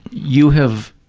you have